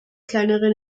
kleinere